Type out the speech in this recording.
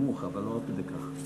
אני נמוך אבל לא עד כדי כך.